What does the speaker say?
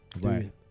right